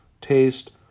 taste